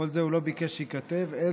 כל זה הוא לא ביקש שייכתב אלא